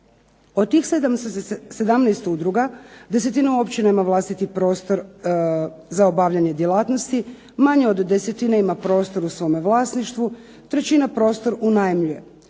Od tih 717 udruga desetina općina ima vlastiti prostor za obavljanje djelatnosti. Manje od desetine ima prostor u svome vlasništvu, trećina prostor unajmljuje.